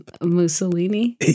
Mussolini